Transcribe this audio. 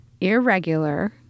irregular